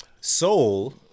Soul